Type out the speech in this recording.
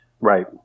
Right